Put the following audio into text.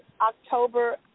October